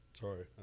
Sorry